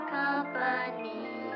company